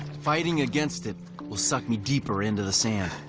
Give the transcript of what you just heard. fighting against it will suck me deeper into the sand.